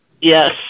Yes